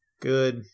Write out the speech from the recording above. Good